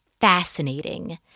fascinating